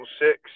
six